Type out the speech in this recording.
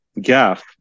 gaff